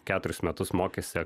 keturis metus mokėsi